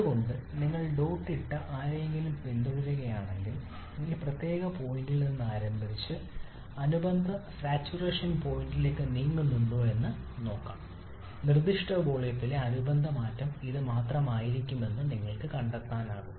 അതുകൊണ്ടാണ് നിങ്ങൾ ഡോട്ട് ഇട്ട ആരെയെങ്കിലും പിന്തുടരുകയാണെങ്കിൽ ഈ പ്രത്യേക പോയിന്റിൽ നിന്ന് ആരംഭിച്ച് അനുബന്ധ സാച്ചുറേഷൻ പോയിന്റിലേക്ക് നീങ്ങുന്നുണ്ടോ എന്ന് നോക്കാം നിർദ്ദിഷ്ട വോളിയത്തിലെ അനുബന്ധ മാറ്റം ഇത് മാത്രമായിരിക്കുമെന്ന് നിങ്ങൾക്ക് കണ്ടെത്താനാകും